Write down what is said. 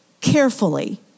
carefully